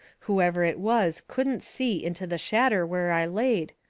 whoever it was couldn't see into the shadder where i laid,